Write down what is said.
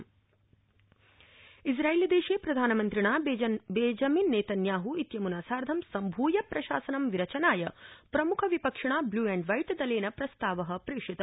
इस्राइलदेश इसा्रइलदेशे प्रधानमन्त्रिण Benjamin Netanyahu इत्यम्ना सार्धं सम्भूय प्रशासनं विरचनाय प्रम्ख विपक्षिणा ब्लू एण्ड व्हाइट दलेन प्रस्ताव प्रेषित